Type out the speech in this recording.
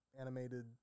animated